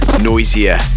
Noisier